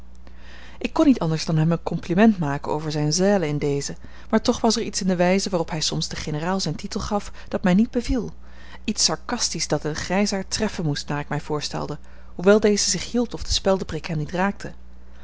ik kon niet anders dan hem een compliment maken over zijn zêle in dezen maar toch was er iets in de wijze waarop hij soms den generaal zijn titel gaf dat mij niet beviel iets sarcastisch dat den grijsaard treffen moest naar ik mij voorstelde hoewel deze zich hield of de speldeprik hem niet raakte